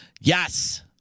Yes